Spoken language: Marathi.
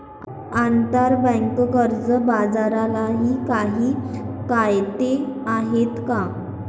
आंतरबँक कर्ज बाजारालाही काही कायदे आहेत का?